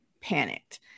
panicked